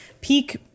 peak